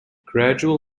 gradual